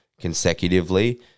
consecutively